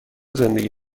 زندگی